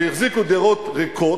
שהחזיקו דירות ריקות,